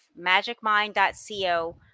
MagicMind.co